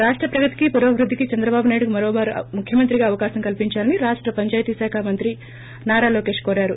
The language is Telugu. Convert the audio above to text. రాష్ట ప్రగతికి పురోభివృద్దికి చంద్రబాబునాయుడు కు మరోమారు ముఖ్యమంత్రిగా అవకాశం కల్ప్ంచాలని రాష్ట పంచాయితీ శాఖ మంత్రి నారా లోకేష్ కోరారు